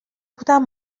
بودم